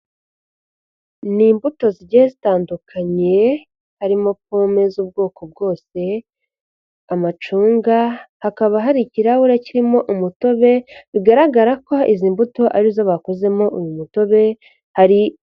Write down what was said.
Ni imbuto zigiye zitandukanye harimo pome z'ubwoko bwose, amacunga, hakaba hari ikirahure kirimo umutobe bigaragara ko izi mbuto arizo bakozemo uyu mutobe.